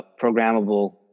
programmable